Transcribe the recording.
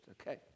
okay